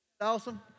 Awesome